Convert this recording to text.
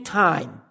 time